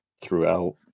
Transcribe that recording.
throughout